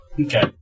Okay